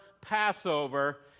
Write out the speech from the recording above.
passover